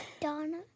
Donna